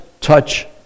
touch